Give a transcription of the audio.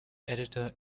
editor